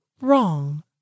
wrong